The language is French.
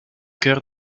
cœur